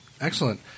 Excellent